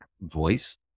voice